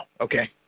okay